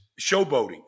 showboating